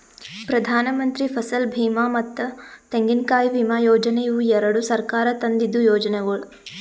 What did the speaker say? ಪ್ರಧಾನಮಂತ್ರಿ ಫಸಲ್ ಬೀಮಾ ಮತ್ತ ತೆಂಗಿನಕಾಯಿ ವಿಮಾ ಯೋಜನೆ ಇವು ಎರಡು ಸರ್ಕಾರ ತಂದಿದ್ದು ಯೋಜನೆಗೊಳ್